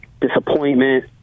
disappointment